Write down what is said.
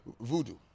voodoo